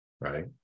right